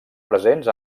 presents